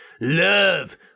love